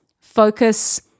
Focus